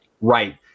Right